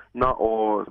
na o